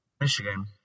Michigan